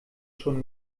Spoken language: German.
schon